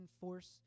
force